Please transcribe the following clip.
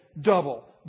double